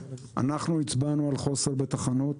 אנחנו הצבענו על חוסר בתחנות.